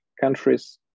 countries